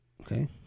Okay